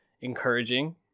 encouraging